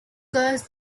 curse